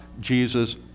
Jesus